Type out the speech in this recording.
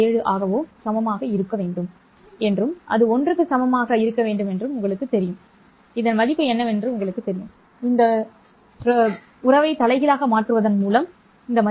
67 ஆகவோ சமமாக இருக்க வேண்டும் என்றும் அது 1 க்கு 1 க்கு சமமாக இருக்க வேண்டும் என்றும் உங்களுக்குத் தெரியும் இதன் மதிப்பு என்னவென்று உங்களுக்குத் தெரியும் இந்த உறவைத் தலைகீழாக மாற்றுவதன் மூலம் v